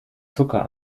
zucker